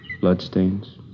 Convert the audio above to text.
Bloodstains